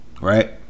right